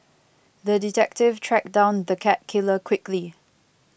the detective tracked down the cat killer quickly